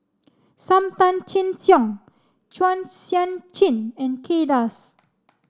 Sam Tan Chin Siong Chua Sian Chin and Kay Das